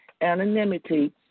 anonymity